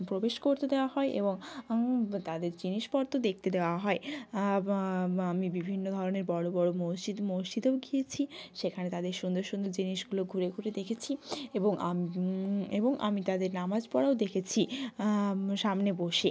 প্রবেশ করতে দেওয়া হয় এবং তাদের জিনিসপত্র দেখতে দেওয়া হয় বা আমি বিভিন্ন ধরনের বড়ো বড়ো মসজিদ মসজিদেও গিয়েছি সেখানে তাদের সুন্দর সুন্দর জিনিসগুলো ঘুরে ঘুরে দেখেছি এবং এবং আমি তাদের নামাজ পড়াও দেখেছি সামনে বসে